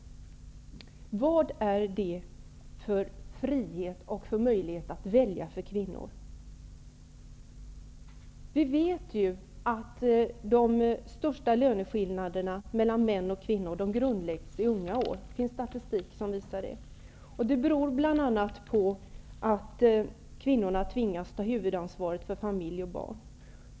Vad är det för frihet och för möjlighet att välja för kvinnor? Vi vet ju att de största löneskillnaderna mellan män och kvinnor grundläggs i unga år. Det finns statistik som visar det. Det beror bl.a. på att kvinnorna tvingas att ta huvudansvaret för familj och barn.